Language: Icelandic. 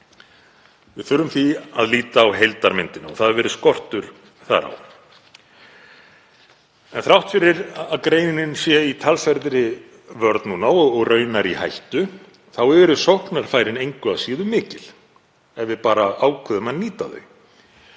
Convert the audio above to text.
Við þurfum því að líta á heildarmyndina og þar hefur verið skortur á. En þrátt fyrir að greinin sé í talsverðri vörn núna, og raunar í hættu, eru sóknarfærin engu að síður mikil ef við bara ákveðum að nýta þau;